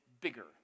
bigger